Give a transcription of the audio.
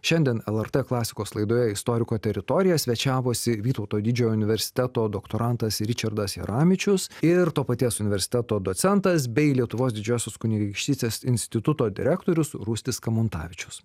šiandien lrt klasikos laidoje istoriko teritorija svečiavosi vytauto didžiojo universiteto doktorantas ričardas jaramičius ir to paties universiteto docentas bei lietuvos didžiosios kunigaikštystės instituto direktorius rūstis kamuntavičius